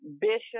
Bishop